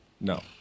No